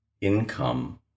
income